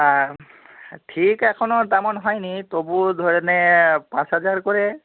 ঠিক এখনও তেমন হয়নি তবুও ধরে নে পাঁচ হাজার করে